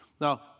Now